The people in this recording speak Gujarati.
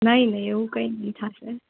નહીં નહીં એવું કંઈ જ નહીં થશે